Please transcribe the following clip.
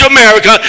America